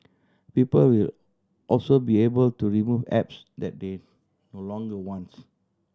people will also be able to remove apps that they no longer wants